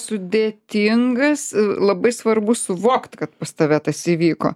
sudėtingas labai svarbu suvokt kad pas tave tas įvyko